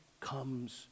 comes